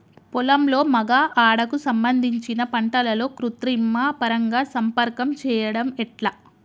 పొలంలో మగ ఆడ కు సంబంధించిన పంటలలో కృత్రిమ పరంగా సంపర్కం చెయ్యడం ఎట్ల?